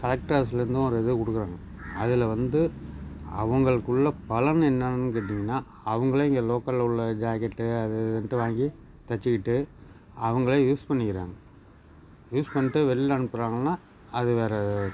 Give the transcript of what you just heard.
collector ஆஃபீஸ்லருந்தும் வருது கொடுக்குறாங்க அதில் வந்து அவங்களுக்குள்ள பலன் என்னன்னு கேட்டிங்கன்னால் அவர்களே இங்கே லோக்கல் உள்ள ஜாக்கெட்டு அது இதுன்ட்டு வாங்கி தைச்சிக்கிட்டு அவங்களே யூஸ் பண்ணிக்கிறாங்க யூஸ் பண்ணிட்டு வெளியில் அனுப்புகிறாங்கன்னா அது வேறு